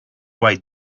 white